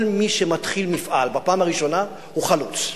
כל מי שמתחיל מפעל בפעם הראשונה הוא חלוץ,